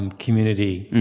um community.